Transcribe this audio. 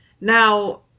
Now